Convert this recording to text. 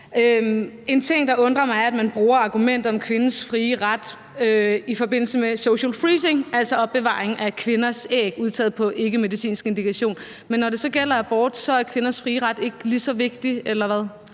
En ting, der undrer mig, er, at man bruger argumentet om kvindens frie ret i forbindelse med social freezing, altså opbevaring af kvinders æg udtaget på ikkemedicinsk indikation. Men når det så gælder abort, er kvinders frie ret så ikke lige så vigtig, eller hvad?